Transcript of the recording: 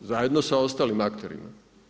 Zajedno sa ostalim akterima.